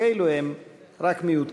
הכנסת מציינת היום את יום הדיור.